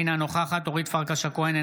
אינה נוכחת אורית פרקש הכהן,